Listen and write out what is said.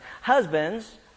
Husbands